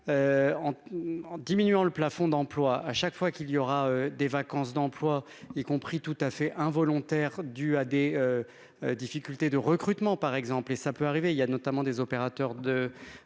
en diminuant le plafond d'emplois à chaque fois qu'il y aura des vacances d'emplois y compris tout à fait involontaire dû à des difficultés de recrutement par exemple et ça peut arriver, il y a notamment des opérateurs de